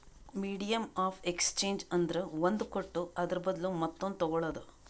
medium of exchange ಅಂದ್ರ ಒಂದ್ ಕೊಟ್ಟು ಅದುರ ಬದ್ಲು ಮತ್ತೊಂದು ತಗೋಳದ್